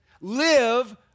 Live